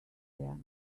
now